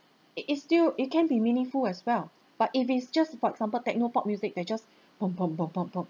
it it still it can be meaningful as well but if it's just for example techno pop music they just pom pom pom pom pom